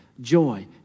joy